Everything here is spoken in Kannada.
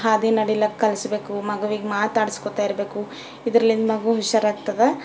ಹಾದೀಲಿ ನಡಿಲಕ್ಕ ಕಲಸ್ಬೇಕು ಮಗುವಿಗೆ ಮಾತಾಡಿಸ್ಕೋತ ಇರಬೇಕು ಇದ್ರಲ್ಲಿಂದ ಮಗು ಹುಷಾರಾಗ್ತದೆ